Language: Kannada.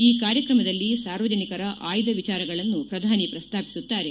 ಈ ಕಾರ್ಕ್ರಮದಲ್ಲಿ ಸಾರ್ವಜನಿಕರ ಆಯ್ದ ವಿಚಾರಗಳನ್ನು ಪ್ರಧಾನಿ ಪ್ರಸ್ತಾಪಿಸುತ್ತಾರೆ